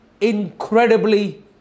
incredibly